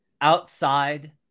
outside